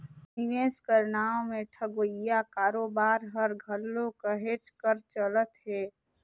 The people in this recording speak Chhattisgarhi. निवेस कर नांव में ठगोइया कारोबार हर घलो कहेच कर चलत हे